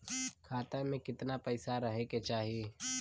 खाता में कितना पैसा रहे के चाही?